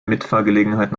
mitfahrgelegenheit